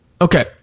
okay